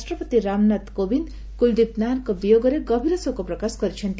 ରାଷ୍ଟ୍ରପତି ରାମନାଥ କୋବିନ୍ଦ କୁଲଦୀପ ନାୟାରଙ୍କ ବିୟୋଗରେ ଗଭୀର ଶୋକପ୍ରକାଶ କରିଛନ୍ତି